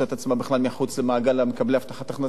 עצמה בכלל מחוץ למעגל מקבלי הבטחת הכנסה.